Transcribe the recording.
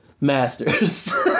Masters